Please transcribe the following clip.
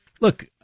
look